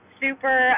super